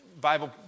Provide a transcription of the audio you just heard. Bible